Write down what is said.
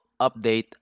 update